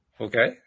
Okay